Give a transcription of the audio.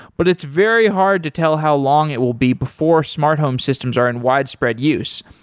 but it's very hard to tell how long it will be before smart home systems are in widespread use.